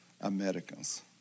americans